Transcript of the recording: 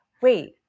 wait